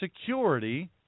security